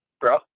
bro